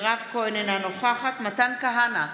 אינה נוכח מתן כהנא,